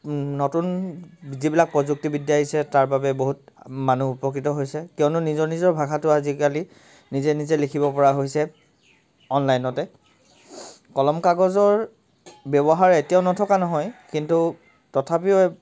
নতুন যিবিলাক প্ৰযুক্তিবিদ্যা আহিছে তাৰবাবে বহুত মানুহ উপকৃত হৈছে কিয়নো নিজৰ নিজৰ ভাষাটো আজিকালি নিজে নিজে লিখিব পৰা হৈছে অনলাইনতে কলম কাগজৰ ব্যৱহাৰ এতিয়াও নথকা নহয় কিন্তু তথাপিও